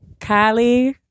Kylie